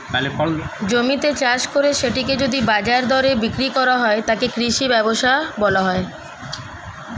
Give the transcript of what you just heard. জমিতে চাষ করে সেটিকে যদি বাজার দরে বিক্রি করা হয়, তাকে কৃষি ব্যবসা বলা হয়